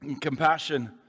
Compassion